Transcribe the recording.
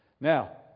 Now